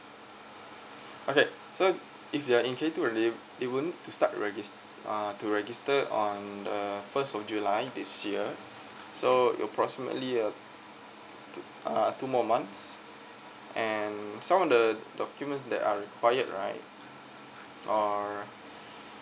okay so if they're in K two already it won't to start regis~ uh to register on the first of july this year so it'll approximately uh two uh two more months and some of the documents that are required right uh